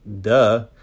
duh